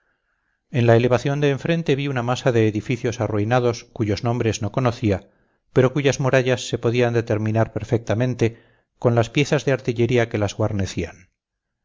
en la elevación de enfrente vi una masa de edificios arruinados cuyos nombres no conocía pero cuyas murallas se podían determinar perfectamente con las piezas de artillería que las guarnecían